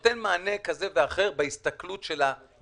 תן חצי